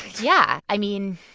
yeah. i mean,